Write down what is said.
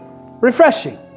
refreshing